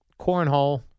Cornhole